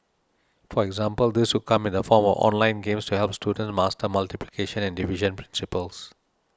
for example this could come in the form of online games to help students master multiplication and division principles